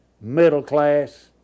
middle-class